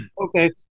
Okay